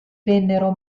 vennero